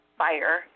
fire